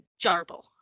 jarble